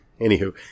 anywho